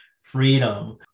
freedom